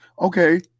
Okay